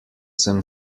sem